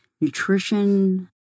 nutrition